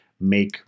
make